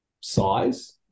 size